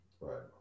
Right